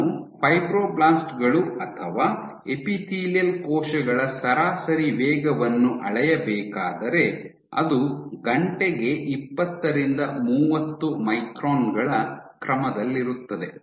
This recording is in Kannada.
ನಾನು ಫೈಬ್ರೊಬ್ಲಾಸ್ಟ್ ಗಳು ಅಥವಾ ಎಪಿಥೇಲಿಯಲ್ ಕೋಶಗಳ ಸರಾಸರಿ ವೇಗವನ್ನು ಅಳೆಯಬೇಕಾದರೆ ಅದು ಗಂಟೆಗೆ ಇಪ್ಪತ್ತರಿಂದ ಮೂವತ್ತು ಮೈಕ್ರಾನ್ ಗಳ ಕ್ರಮದಲ್ಲಿರುತ್ತದೆ